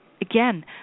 again